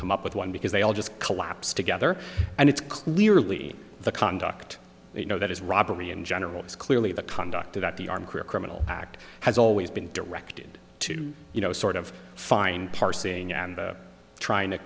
come up with one because they all just collapse together and it's clearly the conduct you know that is robbery in general is clearly the conduct of that the army career criminal act has always been directed to you know sort of find parsing and trying to